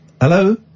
Hello